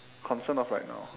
concerned of right now